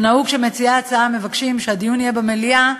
למרות שנהוג שמציעי ההצעה מבקשים שהדיון יהיה במליאה,